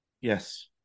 Yes